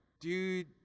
dude